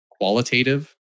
qualitative